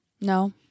No